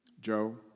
Joe